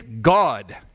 God